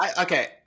Okay